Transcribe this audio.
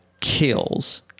kills